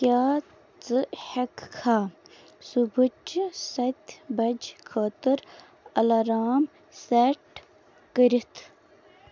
کیٛاہ ژٕ ہیٚککھا صبحٲچہِ سَتہِ بجہٕ خٲطرٕ الارام سیٹ کٔرِتھ